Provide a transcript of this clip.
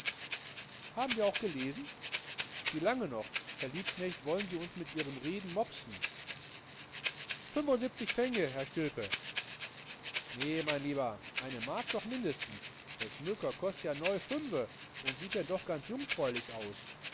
haben wir auch gelesen wie lange noch herr liebknecht wollen sie uns mit ihren reden mopsen fünfundsiebzig fenge herr stilpe nee mein lieber eine mark doch mindestens der schmöker kostet neu ja fünfe und er sieht doch noch ganz jungfräulich aus